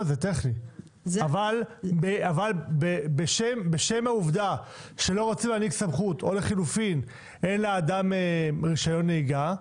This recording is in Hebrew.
אבל בשם העובדה שלא רצו להעניק סמכות או לחלופין אין לאדם רשיון נהיגה,